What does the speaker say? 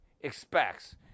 expects